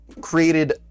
created